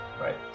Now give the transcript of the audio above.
Right